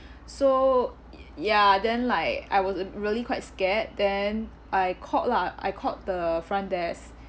so y~ ya then like I was r~ really quite scared then I called lah I called the front desk